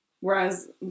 Whereas